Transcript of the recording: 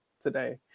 today